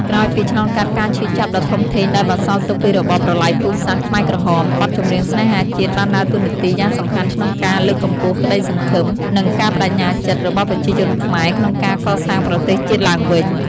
ក្រោយពីឆ្លងកាត់ការឈឺចាប់ដ៏ធំធេងដែលបន្សល់ទុកពីរបបប្រល័យពូជសាសន៍ខ្មែរក្រហម បទចម្រៀងស្នេហាជាតិបានដើរតួនាទីយ៉ាងសំខាន់ក្នុងការ លើកកម្ពស់ក្តីសង្ឃឹម និង ការប្ដេជ្ញាចិត្ត របស់ប្រជាជនខ្មែរក្នុងការ កសាងប្រទេសជាតិឡើងវិញ។